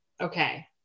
Okay